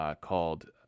called